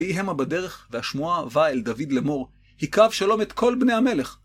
ויהי המה בדרך, והשמועה באה אל דוד לאמור, היכה אבשלום את כל בני המלך.